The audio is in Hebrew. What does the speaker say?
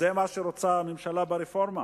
זה מה שרוצה הממשלה ברפורמה?